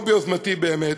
לא ביוזמתי באמת,